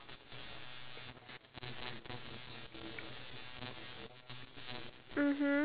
take into consideration the amount of stress and pressure that is on the government himself